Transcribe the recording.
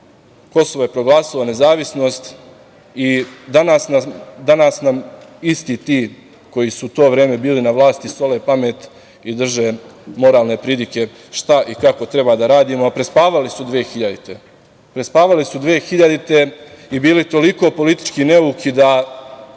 Kosovo je proglasilo nezavisnost i danas nam isti ti koji su u to vreme bili na vlasti sole pamet i drže moralne pridike šta i kako treba da radimo, a prespavali su dvehiljadite. Prespavali su dvehiljadite i bili toliko politički neuki da